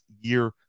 year